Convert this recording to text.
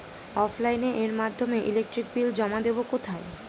অফলাইনে এর মাধ্যমে ইলেকট্রিক বিল জমা দেবো কোথায়?